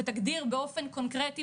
ותגדיר באופן קונקרטי,